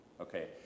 Okay